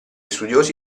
studiosi